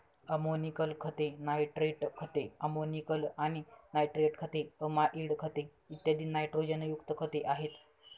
ammoniacal खते, nitrate खते, ammoniacal आणि नायट्रेट खते, अमाइड खते, इत्यादी नायट्रोजनयुक्त खते आहेत